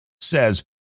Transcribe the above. says